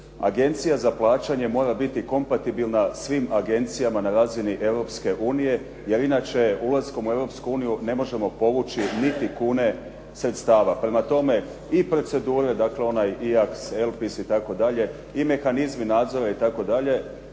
Agencija za plaćanje mora biti kompatibilna svim agencijama na razini Europske unije jer inače ulaskom u Europsku uniju ne možemo povući niti kune sredstava. Prema tome, i procedure, dakle, onaj …/Govornik se ne razumije./… itd., i mehanizmi nadzora itd., to je